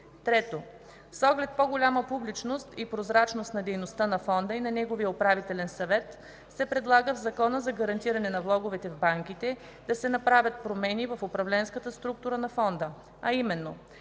3. С оглед по-голяма публичност и прозрачност на дейността на Фонда и на неговия управителен съвет се предлага в Закона за гарантиране на влоговете в банките да се направят промени в управленската структура на Фонда, а именно: